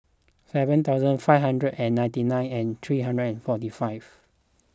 seven thousand five hundred and ninety nine and three hundred and forty five